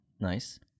Nice